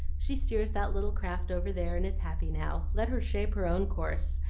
she steers that little craft over there and is happy now let her shape her own course,